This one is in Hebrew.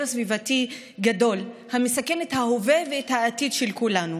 סביבתי גדול המסכן את ההווה ואת העתיד של כולנו.